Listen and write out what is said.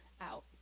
out